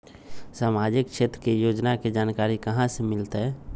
सामाजिक क्षेत्र के योजना के जानकारी कहाँ से मिलतै?